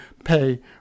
pay